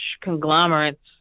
conglomerates